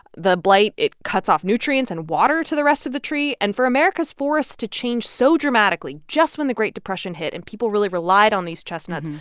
the blight, it cuts off nutrients and water to the rest of the tree. and for america's forests to change so dramatically, just when the great depression hit and people really relied on these chestnuts,